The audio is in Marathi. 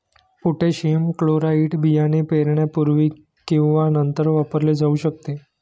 पोटॅशियम क्लोराईड बियाणे पेरण्यापूर्वी किंवा नंतर वापरले जाऊ शकते